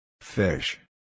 Fish